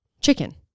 chicken